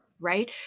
Right